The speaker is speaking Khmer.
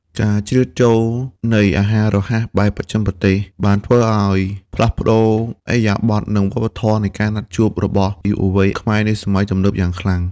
ការជ្រៀតចូលនៃអាហាររហ័សបែបបស្ចិមប្រទេស បានធ្វើឱ្យផ្លាស់ប្ដូរឥរិយាបថ និងវប្បធម៌នៃការណាត់ជួបរបស់យុវវ័យខ្មែរនាសម័យទំនើបយ៉ាងខ្លាំង។